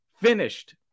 finished